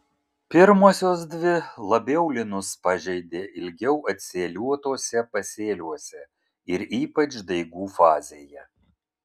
pirmosios dvi labiau linus pažeidė ilgiau atsėliuotuose pasėliuose ir ypač daigų fazėje